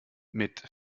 mit